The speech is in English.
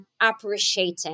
appreciating